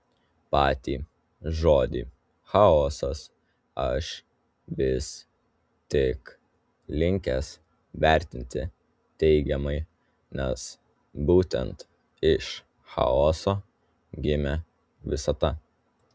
patį žodį chaosas aš vis tik linkęs vertinti teigiamai nes būtent iš chaoso gimė visata